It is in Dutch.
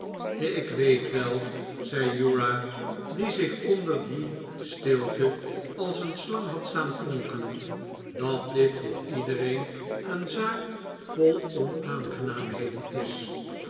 ik weet wel zei uriah die zich onder die stilte als een slang had staan kronkelen dat dit voor iedereen een zaak vol onaangenaamheden is